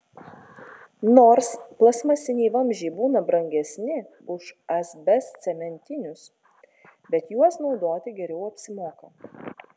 nors plastmasiniai vamzdžiai būna brangesni už asbestcementinius bet juos naudoti geriau apsimoka